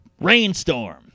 Rainstorm